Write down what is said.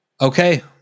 Okay